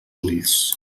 ulls